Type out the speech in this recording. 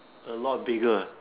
a lot bigger